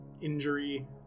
injury